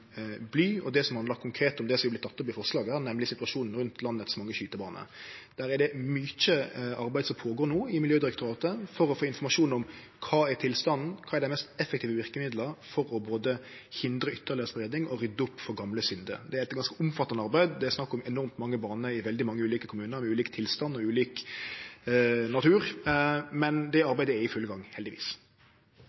og det som konkret handlar om det som har vorte teke opp i forslaget, nemleg situasjonen rundt dei mange skytebanene i landet. Der går det no føre seg mykje arbeid i Miljødirektoratet, for å få informasjon om kva som er tilstanden, kva som er dei mest effektive verkemidla for både å hindre ytterlegare spreiing og rydde opp etter gamle synder. Det er eit ganske omfattande arbeid. Det er snakk om enormt mange baner i veldig mange ulike kommunar, i ulik tilstand og i ulik natur, men det